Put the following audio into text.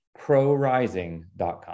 prorising.com